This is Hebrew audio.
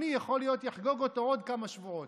יכול להיות שאני אחגוג אותו בעוד כמה שבועות.